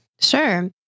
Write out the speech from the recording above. Sure